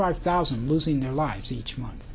five thousand losing their lives each month